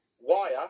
Wire